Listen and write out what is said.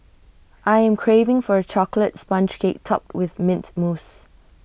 I am craving for A Chocolate Sponge Cake Topped with Mint Mousse